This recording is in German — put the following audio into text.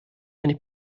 eine